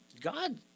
God